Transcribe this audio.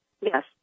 yes